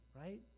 right